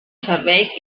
serveis